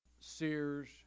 Sears